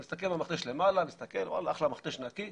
אתה מסתכל במכתש למעלה וואלה, אחלה, המכתש נקי.